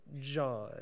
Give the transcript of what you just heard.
John